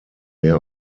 mehr